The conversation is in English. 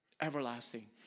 everlasting